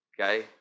Okay